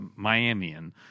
Miamian